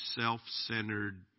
self-centered